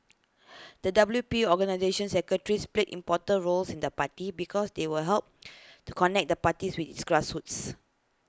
the W P organisations secretaries play important roles in the party because they will help to connect the party with its grassroots